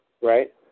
right